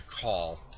call